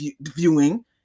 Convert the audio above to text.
viewing